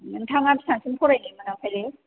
नोंथाङा बेसेबांसिम फरायनायमोन ओमफ्रायो